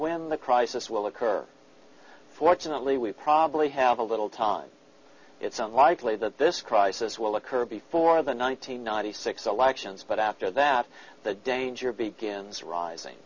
when the crisis will occur fortunately we probably have a little time it's unlikely that this crisis will occur before the one nine hundred ninety six elections but after that the danger begins rising